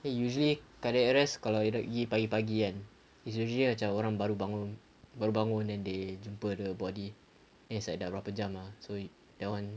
eh usually cardiac arrest kalau pagi pagi kan it's usually a macam orang baru bangun baru bangun then they jumpa the body then it's like dah beberap jam ah so that one